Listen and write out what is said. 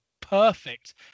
perfect